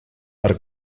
per